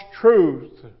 truth